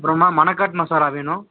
அப்புறமா மனக்கட் மசாலா வேணும்